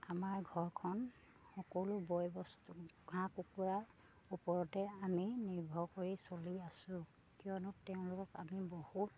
আমাৰ ঘৰখন সকলো বয়বস্তু হাঁহ কুকুৰা ওপৰতে আমি নিৰ্ভৰ কৰি চলি আছোঁ কিয়নো তেওঁলোকক আমি বহুত